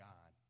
God